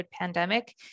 pandemic